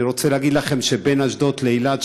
אני רוצה להגיד לכם שבין אשדוד לאילת,